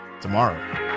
tomorrow